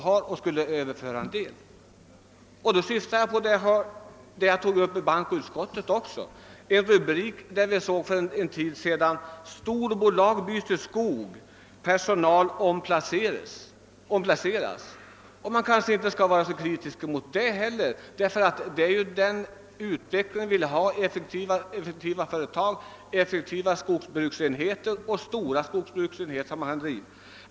Här syftar jag på vad som stod att läsa i en tidning under rubriken: »Storbolag byter skog. Personal omplaceras.« Man kanske inte heller skall vara kritisk mot det bolag det här gäller, Stora Kopparberg, ty det är en sådan utveckling vi vill ha: effektiva företag och stora skogsbruksenheter.